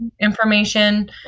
information